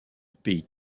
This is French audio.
pays